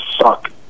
suck